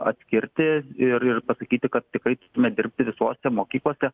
atskirti ir ir pasakyti kad tikrai nedirbti visose mokyklose